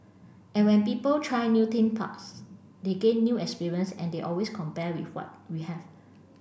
and when people try new theme parks they gain new experience and they always compare with what we have